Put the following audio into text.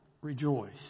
rejoice